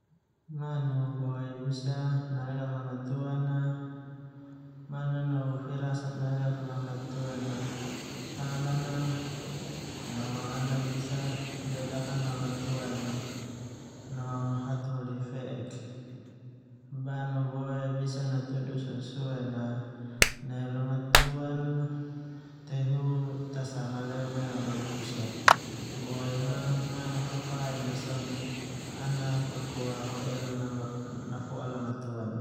Manu boe bisa nalelak lamatuan na. Manu nanu firasat nalelak lamatuan aa halan na, no ana bisa bedakan lamatuan a no hataholo fe'ek. Manu boe bisa natudu susuen a neu lamatuan tehu ta sama leo meo no busa boema manu fafain aa so na ana kokoa ho ela nafoa lamatuan a